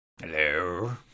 Hello